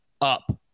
up